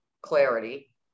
clarity